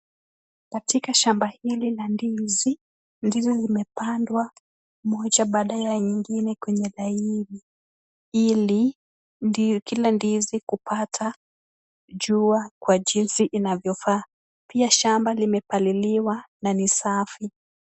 Katika shamba hili la ndizi, ndizi imzimepandwa moja baada ya ingine kwenye laini ili kila ndizi kupata jua kwa jinsi inavyofaa. Pia shamba limepaliliwa na ni safi.